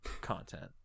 content